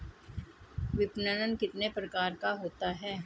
विपणन कितने प्रकार का होता है?